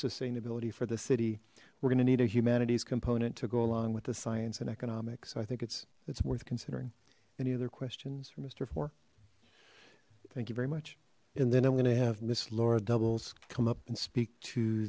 sustainability for the city we're gonna need a humanities component to go along with the science and economics i think it's it's worth considering any other questions for mister four thank you very much and then i'm gonna have miss laura doubles come up and speak to